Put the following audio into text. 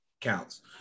counts